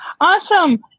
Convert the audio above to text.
awesome